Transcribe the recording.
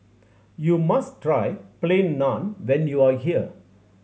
you must try Plain Naan when you are here